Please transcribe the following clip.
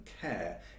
care